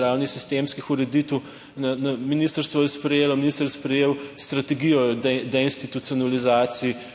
ravni sistemskih ureditev je ministrstvo sprejelo, minister sprejel strategijo o deinstitucionalizaciji